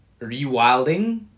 rewilding